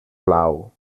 blau